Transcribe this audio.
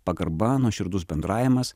pagarba nuoširdus bendravimas